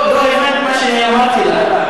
שנינו מסכימים.